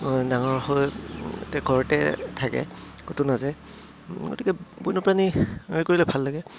ডাঙৰ হৈ এতিয়া ঘৰতে থাকে ক'তো নাযায় গতিকে বন্যপ্ৰাণী হেৰি কৰিলে ভাল লাগে